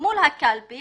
מול הקלפי,